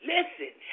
Listen